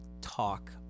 talk